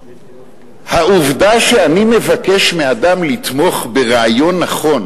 העובדה שאני מבקש מאדם לתמוך ברעיון נכון